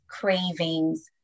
cravings